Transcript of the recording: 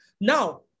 now